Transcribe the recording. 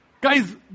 Guys